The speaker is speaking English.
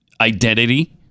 identity